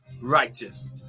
righteous